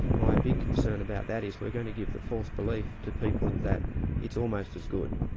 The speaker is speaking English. my big concern about that is we're going to give the false belief to people that it's almost as good.